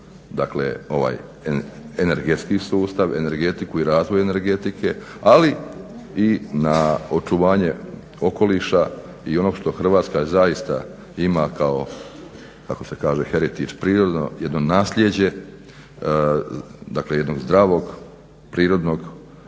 dakle, ovaj energetski sustava, energetiku i razvoj energetike, ali i na očuvanje okoliša i onog što Hrvatska zaista ima kao, kako se kaže heretički, prirodno jedno nasljeđe, dakle jednog zdravog prirodnog